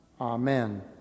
Amen